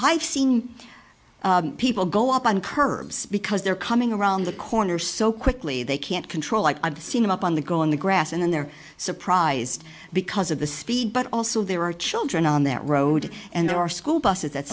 i've seen people go up on curbs because they're coming around the corner so quickly they can't control like i've seen him up on the go in the grass and then they're surprised because of the speed but also there are children on that road and there are school buses that